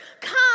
come